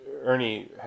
Ernie